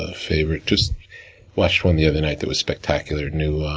ah favorite. just watched one the other night that was spectacular, new